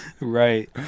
right